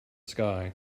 sky